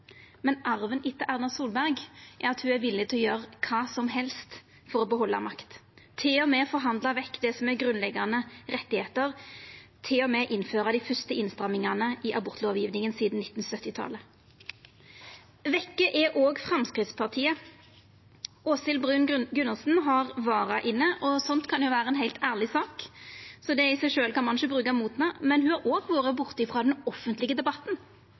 Men arven etter Erna Solberg er at ho er villig til å gjera kva som helst for å behalda makta – til og med forhandla vekk det som er grunnleggjande rettar, til og med innføra dei første innstrammingane i abortlovgivinga sidan 1970-talet. Vekk er òg Framstegspartiet. Åshild Bruun-Gundersen har vara inne for seg, og sånt kan jo vera ei heilt ærleg sak, så det i seg sjølv kan ein ikkje bruka mot henne, men ho har òg vore borte frå den offentlege debatten.